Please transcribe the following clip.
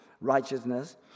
righteousness